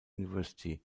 university